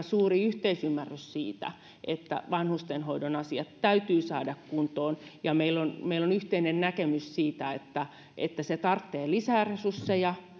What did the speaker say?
suuri yhteisymmärrys siitä että vanhustenhoidon asiat täytyy saada kuntoon ja meillä on meillä on yhteinen näkemys siitä että se vaatii lisää resursseja